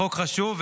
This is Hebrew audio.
חוק חשוב.